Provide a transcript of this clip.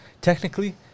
technically